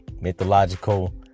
mythological